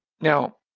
now